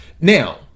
now